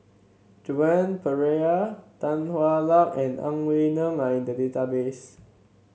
Joan Pereira Tan Hwa Luck and Ang Wei Neng are in the database